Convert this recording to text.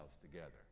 together